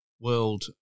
world